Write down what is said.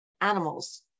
animals